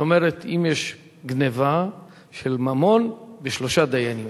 זאת אומרת, אם יש גנבה של ממון, בשלושה דיינים.